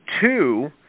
Two